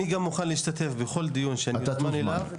אני גם מוכן להשתתף בכל דיון שאני אוזמן אליו,